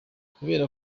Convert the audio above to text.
kubera